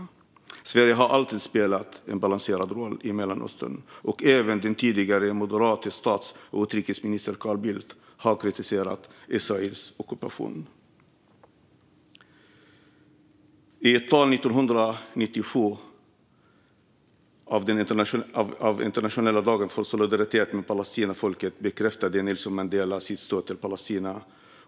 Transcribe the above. Sverige har alltid spelat en balanserad roll i Mellanöstern, och även den moderate tidigare stats och utrikesministern Carl Bildt har kritiserat Israels ockupation. I ett tal 1997 på Internationella solidaritetsdagen med det palestinska folket bekräftade Nelson Mandela sitt stöd till Palestina.